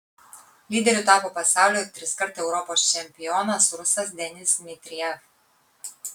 lyderiu tapo pasaulio ir triskart europos čempionas rusas denis dmitrijev